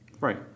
Right